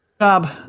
job